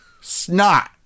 snot